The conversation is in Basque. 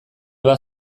bat